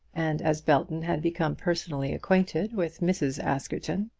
and as belton had become personally acquainted with mrs. askerton.